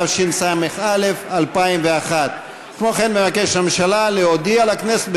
התשס"א 2001. כמו כן מבקשת הממשלה להודיע לכנסת,